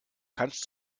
kannst